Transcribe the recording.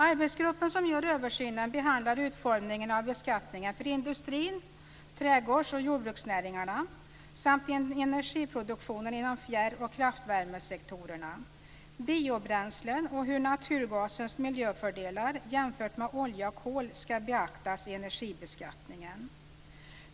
Arbetsgruppen som gör översynen behandlar utformningen av beskattningen för industrin, trädgårdsoch jordbruksnäringarna samt energiproduktionen inom fjärr och kraftvärmesektorerna. Biobränslen och hur naturgasens miljöfördelar jämfört med olja och kol skall beaktas i energibeskattningen.